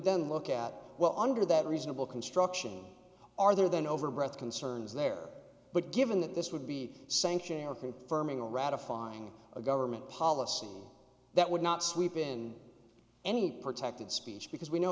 then look at well under that reasonable construction are there then over a breath concerns there but given that this would be sanctioning or confirming or ratifying a government policy that would not sweep in any protected speech because we know